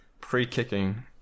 pre-kicking